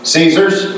Caesar's